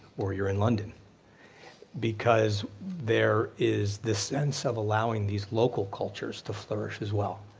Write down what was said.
or you're in london because there is this sense of allowing these local cultures to flourish as well.